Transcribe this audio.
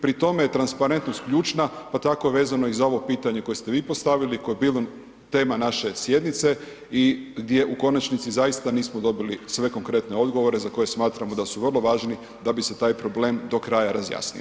Pri tome je transparentnost ključna, pa tako vezano i za ovo pitanje koje ste vi postavili koje je bilo tema naše sjednice i gdje u konačnici zaista nismo dobili sve konkretne odgovore za koje smatramo da su vrlo važni da bi se taj problem do kraja razjasnio.